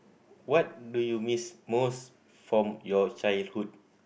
what do you miss most from your childhood